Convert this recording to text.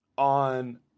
on